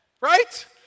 Right